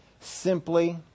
simply